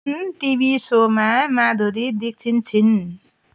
कुन टिभी सोमा माधुरी दीक्षित छिन्